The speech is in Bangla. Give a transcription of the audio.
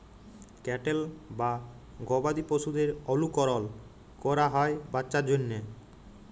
ক্যাটেল বা গবাদি পশুদের অলুকরল ক্যরা হ্যয় বাচ্চার জ্যনহে